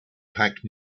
packed